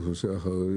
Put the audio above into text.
אוכלוסייה חרדית?